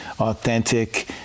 authentic